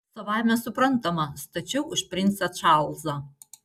savaime suprantama stačiau už princą čarlzą